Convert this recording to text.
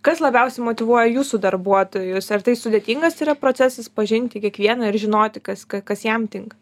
kas labiausiai motyvuoja jūsų darbuotojus ar tai sudėtingas yra procesas pažinti kiekvieną ir žinoti kas ka kas jam tinka